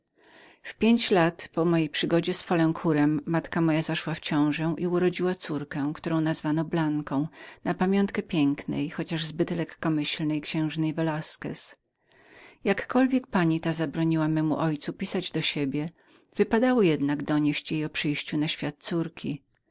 w pięć lat po mojem wyjściu z więzienia matka moja zaszła w ciążę i porodziła córkę którą nazwano blanką na pamiątkę pięknej chociaż zbyt lekkomyślnej księżnej velasquez jakkolwiek pani ta zabraniała memu ojcu pisać do niej wypadało jednak donieść jej o przyjściu na świat córki